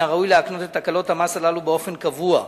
הראוי להקנות את הקלות המס הללו באופן קבוע.